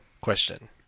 question